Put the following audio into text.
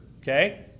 okay